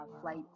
Flight